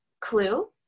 clue